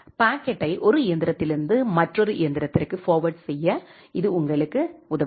பாக்கெட்டை ஒரு இயந்திரத்திலிருந்து மற்றொரு இயந்திரத்திற்கு ஃபார்வேர்ட் செய்ய இது உங்களுக்கு உதவுகிறது